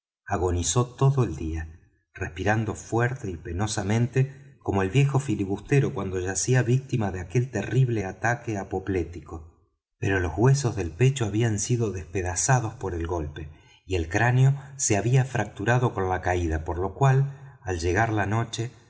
agonizó todo el día respirando fuerte y penosamente como el viejo filibustero cuando yacía víctima de aquel terrible ataque apoplético pero los huesos del pecho habían sido despedazados por el golpe y el cráneo se había fracturado con la caída por lo cual al llegar la noche